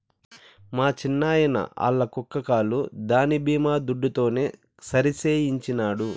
మా చిన్నాయిన ఆల్ల కుక్క కాలు దాని బీమా దుడ్డుతోనే సరిసేయించినాడు